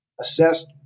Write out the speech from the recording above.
Assessed